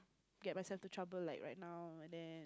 get myself to trouble like right now and then